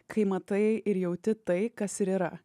kai matai ir jauti tai kas ir yra